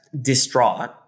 distraught